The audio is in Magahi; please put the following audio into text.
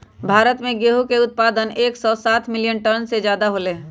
भारत में गेहूं के उत्पादन एकसौ सात मिलियन टन से ज्यादा होलय है